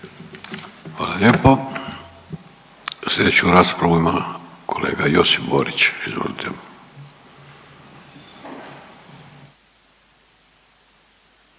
Hvala lijepo. Slijedeću raspravu ima kolega Josip Borić, izvolite.